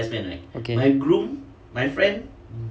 okay